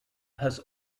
has